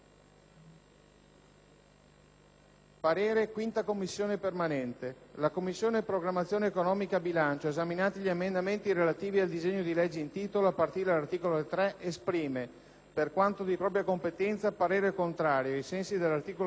riferiti agli articoli 3 e 4». «La Commissione programmazione economica, bilancio, esaminati gli emendamenti, relativi al disegno di legge in titolo, a partire dall'articolo 3, esprime, per quanto di propria competenza, parere contrario, ai sensi dell'articolo 81 della Costituzione, sugli emendamenti